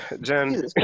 Jen